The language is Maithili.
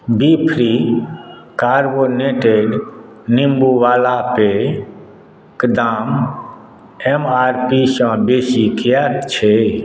बीफ्री कर्बोनेटेड नीम्बूवला पेयक दाम एम आर पी सँ बेसी किएक छै